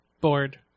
bored